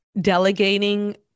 delegating